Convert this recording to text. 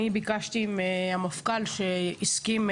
אני ביקשתי מהמפכ"ל שהסכים,